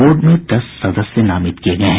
board में दस सदस्य नामित किये गये हैं